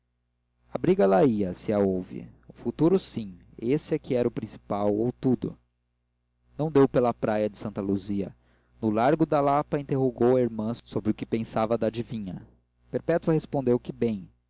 a briga lá ia se a houve o futuro sim esse é que era o principal ou tudo não deu pela praia de santa luzia no largo da lapa interrogou a irmã sobre o que pensava da adivinha perpétua respondeu que bem